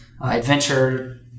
Adventure